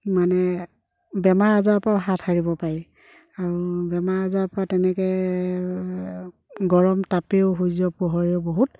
মানে বেমাৰ আজাৰৰপৰাও হাত সাৰিব পাৰি আৰু বেমাৰ আজাৰৰপৰা তেনেকৈ গৰম তাপেও সূৰ্যৰ পোহৰেও বহুত